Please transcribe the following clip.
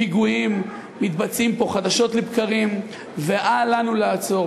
פיגועים מתבצעים פה חדשות לבקרים ואל לנו לעצור.